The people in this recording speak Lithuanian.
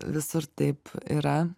visur taip yra